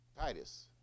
Titus